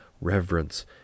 reverence